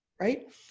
right